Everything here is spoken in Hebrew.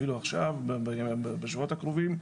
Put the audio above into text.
אפילו עכשיו בשבועות הקרובים,